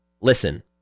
Listen